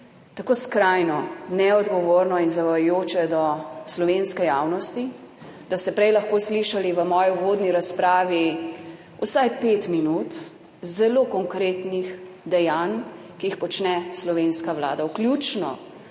tako skrajno neodgovorno in zavajajoče do slovenske javnosti, da ste prej lahko slišali v moji uvodni razpravi vsaj pet minut zelo konkretnih dejanj, ki jih počne slovenska Vlada, vključno